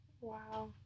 Wow